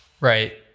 Right